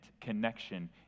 connection